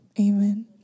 Amen